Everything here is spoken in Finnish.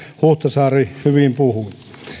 huhtasaari hyvin puhui